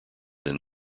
than